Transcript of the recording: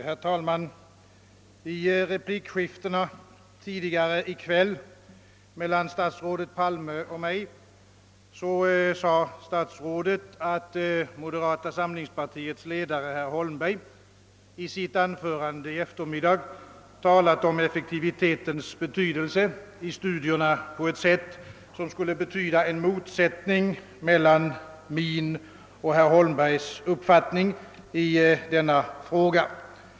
Herr talman! I replikskiftena tidigare i kväll mellan statsrådet Palme och mig sade statsrådet, att moderata samlingspartiets ledare herr Holmberg i sitt anförande i eftermiddags talat om effektivitetens betydelse i studierna på ett sätt som skulle innebära en motsättning mellan min och herr Holmbergs uppfattning i denna fråga.